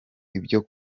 ibyo